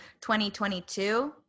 2022